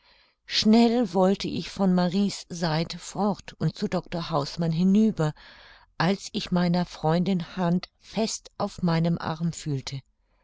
schnell wollte ich von marie's seite fort und zu dr hausmann hinüber als ich meiner freundin hand fest auf meinem arme fühlte